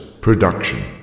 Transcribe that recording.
production